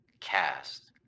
cast